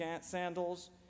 sandals